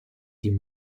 die